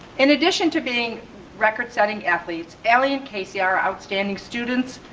in addition to being record setting athletes, ellie and casey, are outstanding students,